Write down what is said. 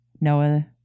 Noah